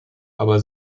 aber